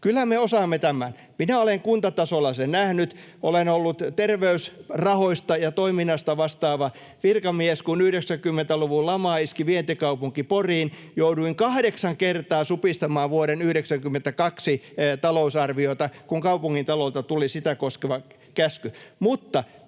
Kyllä me osaamme tämän. Minä olen kuntatasolla sen nähnyt. Olen ollut terveysrahoista ja -toiminnasta vastaava virkamies, kun 90-luvun lama iski vientikaupunki Poriin. Jouduin kahdeksan kertaa supistamaan vuoden 92 talousarviota, kun kaupungintalolta tuli sitä koskeva käsky.